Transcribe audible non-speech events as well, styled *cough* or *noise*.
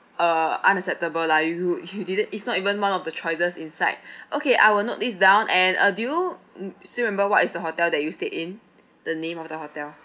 uh unacceptable lah if you you didn't it's not even one of the choices inside *breath* okay I will note this down and uh do you mm still remember what is the hotel that you stayed in the name of the hotel